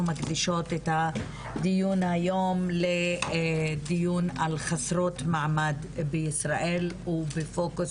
מקדישות את הדיון היום לדיון על חסרות מעמד בישראל ובפוקוס